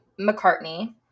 McCartney